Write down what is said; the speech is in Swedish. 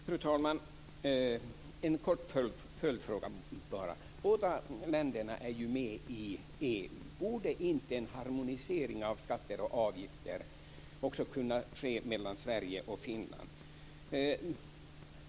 Fru talman! Jag har en kort följdfråga. Båda länderna är ju med i EU. Borde inte en harmonisering av skatter och avgifter kunna ske också mellan Sverige och Finland?